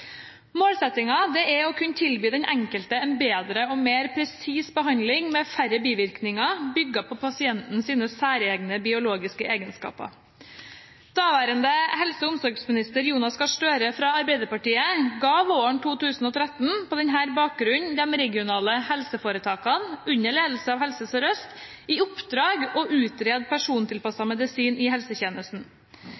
er å kunne tilby den enkelte en bedre og mer presis behandling med færre bivirkninger, bygget på pasientens særegne biologiske egenskaper. Daværende helse- og omsorgsminister Jonas Gahr Støre fra Arbeiderpartiet ga våren 2013 på denne bakgrunn de regionale helseforetakene, under ledelse av Helse Sør-Øst, i oppdrag å utrede persontilpasset medisin i helsetjenesten.